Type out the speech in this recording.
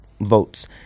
votes